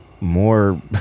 more